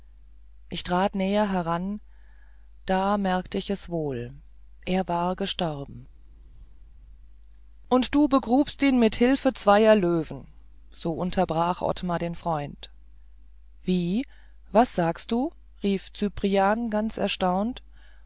ich trat näher heran da merkt ich es wohl er war gestorben und du begrubst ihn mit hilfe zweier löwen so unterbrach ottmar den freund wie was sagst du rief cyprian ganz erstaunt